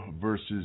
versus